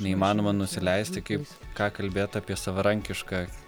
neįmanoma nusileisti kaip ką kalbėt apie savarankišką